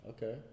Okay